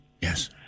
Yes